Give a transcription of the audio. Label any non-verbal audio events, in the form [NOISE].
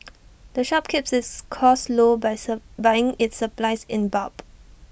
[NOISE] the shop keeps its costs low by serve buying its supplies in bulk